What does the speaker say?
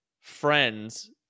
friends